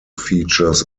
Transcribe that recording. features